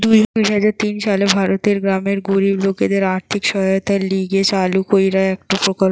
দুই হাজার তিন সালে ভারতের গ্রামের গরিব লোকদের আর্থিক সহায়তার লিগে চালু কইরা একটো প্রকল্প